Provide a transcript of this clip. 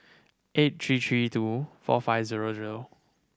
eight three three two four five zero zero